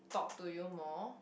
talk to you more